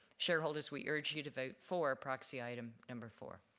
shareholders we urge you to vote for proxy item number four.